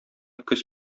көз